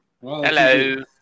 Hello